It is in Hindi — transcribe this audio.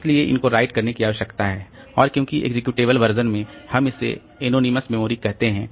इसलिए इनको राइट करने की आवश्यकता है और क्योंकि एग्जीक्यूटेबल वर्जन में हम इसे एनोनिमस मेमोरी कहते हैं